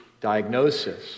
diagnosis